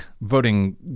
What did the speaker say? voting